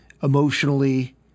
emotionally